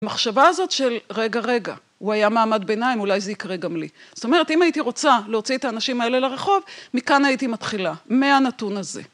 המחשבה הזאת של רגע, רגע, הוא היה מעמד ביניים, אולי זה יקרה גם לי. זאת אומרת, אם הייתי רוצה להוציא את האנשים האלה לרחוב, מכאן הייתי מתחילה, מהנתון הזה.